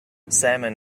salmon